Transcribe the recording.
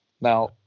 Now